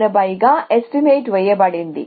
10080180 గా ఎస్టిమేట్ వేయబడింది